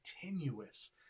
continuous